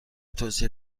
توصیه